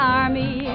army